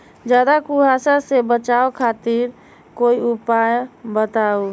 ज्यादा कुहासा से बचाव खातिर कोई उपाय बताऊ?